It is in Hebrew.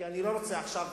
כי אני לא רוצה עכשיו